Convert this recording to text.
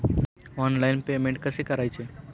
Online payment कसे करायचे?